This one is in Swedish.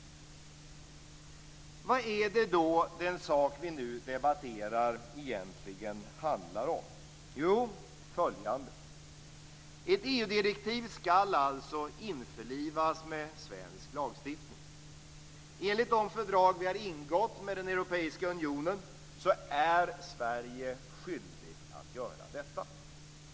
Vad är det då den sak vi nu debatterar egentligen handlar om? Jo, följande. Ett EU-direktiv skall, som jag nämnt, införlivas med svensk lagstiftning. Enligt de fördrag vi har ingått med Europeiska unionen är Sverige skyldigt att göra detta.